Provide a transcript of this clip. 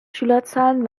schülerzahlen